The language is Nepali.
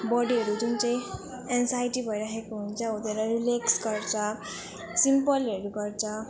बडीहरू जुन चाहिँ एन्जाइटी भइराखेको हुन्छ हो त्योहरू रिलेक्स गर्छ सिम्पलहरू गर्छ